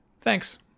Thanks